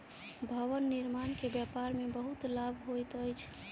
भवन निर्माण के व्यापार में बहुत लाभ होइत अछि